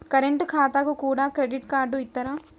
Current ఖాతాకు కూడా credit card ఇత్తరా?